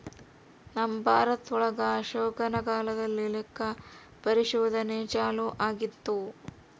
ನಮ್ ಭಾರತ ಒಳಗ ಅಶೋಕನ ಕಾಲದಲ್ಲಿ ಲೆಕ್ಕ ಪರಿಶೋಧನೆ ಚಾಲೂ ಆಗಿತ್ತು